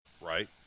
Right